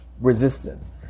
resistance